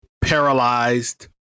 paralyzed